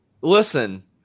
listen